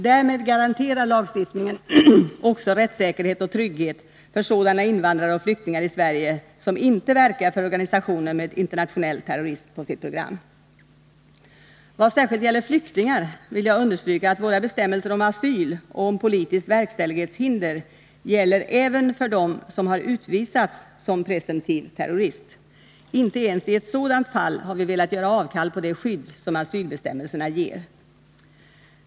Därmed garanterar lagstiftningen också rättssäkerhet och trygghet för sådana invandrare och flyktingar i Sverige som inte verkar för organisationer med internationell terrorism på sitt program. Vad särskilt gäller flyktingar vill jag understryka, att våra bestämmelser om asyl och om politiskt verkställighetshinder gäller även för den som har utvisats som presumtiv terrorist. Inte ens i ett sådant fall har vi velat göra avkall på det skydd som asylbestämmelserna ger.